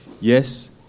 Yes